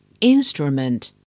Instrument